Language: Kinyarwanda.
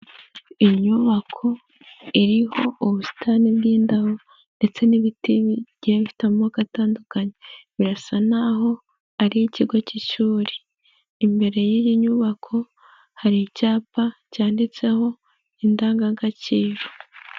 Inyubako iriho ubusitani bw'indabo ndetse n'ibiti bigiye bifite amoko atandukanye, birasa n'aho ari ikigo k'ishuri, imbere y'iyi nyubako hari icyapa cyanditseho indangagaciro.